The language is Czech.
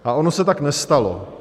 A ono se tak nestalo.